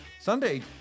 Sunday –